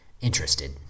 interested